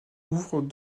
ouvrent